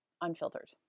unfiltered